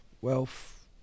wealth